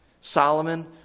Solomon